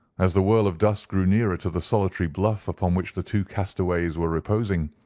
as the whirl of dust drew nearer to the solitary bluff upon which the two castaways were reposing,